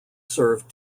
served